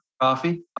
coffee